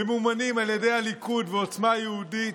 ממומנים על ידי הליכוד ועוצמה יהודית,